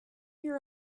here